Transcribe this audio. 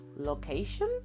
location